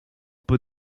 peut